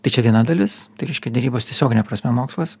tai čia viena dalis tai reiškia derybos tiesiogine prasme mokslas